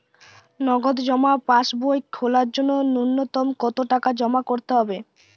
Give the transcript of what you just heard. নগদ জমা পাসবই খোলার জন্য নূন্যতম কতো টাকা জমা করতে হবে?